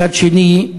מצד שני,